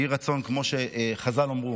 יהי רצון, כמו שחז"ל אמרו